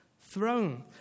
throne